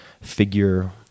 figure